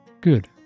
Good